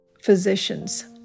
physicians